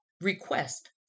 request